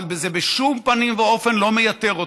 אבל זה בשום פנים ואופן לא מייתר אותם,